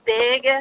big